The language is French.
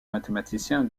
mathématicien